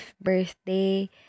birthday